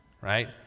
right